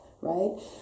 right